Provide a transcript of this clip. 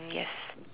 yes